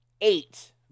eight